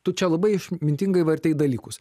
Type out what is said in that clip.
tu čia labai išmintingai vartei dalykus